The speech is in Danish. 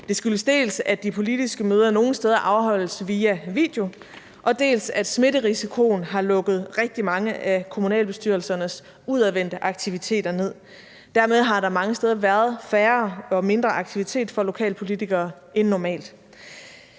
Det skyldes dels, at de politiske møder nogle steder afholdes via video, dels, at smitterisikoen har lukket rigtig mange af kommunalbestyrelsernes udadvendte aktiviteter ned. Dermed har der mange steder været færre aktiviteter for lokalpolitikere end normalt.